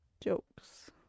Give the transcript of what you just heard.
jokes